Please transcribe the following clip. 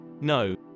No